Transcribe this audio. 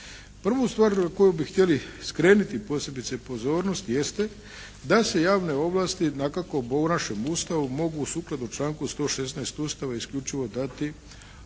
Prvu stvar na koju bi htjeli skrenuti posebice pozornost jeste da se javne ovlasti dakako po našem Ustavu mogu sukladno članku 116. Ustava isključivo dati